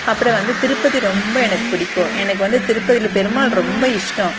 அப்புறம் வந்து திருப்பதி ரொம்ப எனக்கு பிடிக்கும் எனக்கு வந்து திருப்பதியில் பெருமாள் ரொம்ப இஷ்டம்